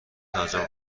انجام